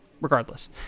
Regardless